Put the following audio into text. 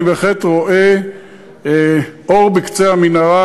אני בהחלט רואה אור בקצה המנהרה,